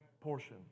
portion